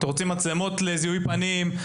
מצלמת לזיהוי פנים,